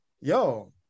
yo